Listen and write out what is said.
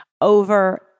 over